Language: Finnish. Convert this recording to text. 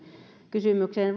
kysymykseen